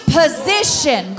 position